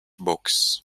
books